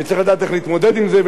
וצריך לדעת איך להתמודד עם זה.